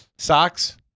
Socks